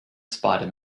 spider